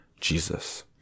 jesus